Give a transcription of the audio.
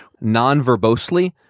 non-verbosely